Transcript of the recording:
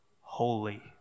Holy